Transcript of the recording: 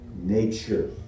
nature